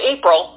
April